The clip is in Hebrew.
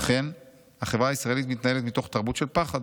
אכן החברה הישראלית מתנהלת מתוך תרבות של פחד,